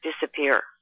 disappear